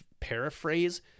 paraphrase